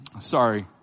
Sorry